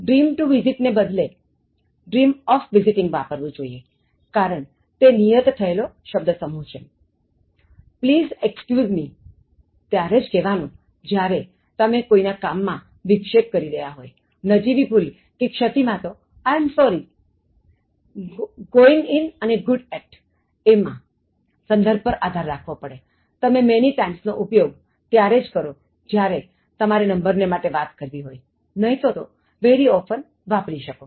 Dream to visit ને બદલે dream of visiting વાપરવું જોઇએ કારણ તે નિયત થયેલ શબ્દ સમૂહ છે please excuse me ત્યારે જ કહેવાનું જ્યારે તમે કોઇ ના કામમાં વિક્ષેપ કરી રહ્યાં હોયનજીવી ભૂલ કે ક્ષતિ માં તો I am sorry જ going ingood at માં સંદર્ભ પર આધાર રાખવો પડે તમે many times નો ઉપયોગ ત્યારે કરો જ્યારે તમારે નંબર ને માટે વાત કરવી હોય નહીં તો very often વાપરી શકો